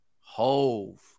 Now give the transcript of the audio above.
Hove